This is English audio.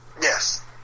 Yes